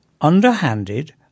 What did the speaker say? underhanded